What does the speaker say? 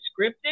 scripted